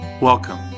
Welcome